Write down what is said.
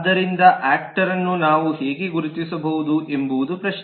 ಆದ್ದರಿಂದ ಯಾಕ್ಟರ್ನ್ನು ನಾವು ಹೇಗೆ ಗುರುತಿಸಬಹುದು ಎಂಬುದು ಪ್ರಶ್ನೆ